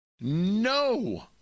no